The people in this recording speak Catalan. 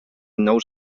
nous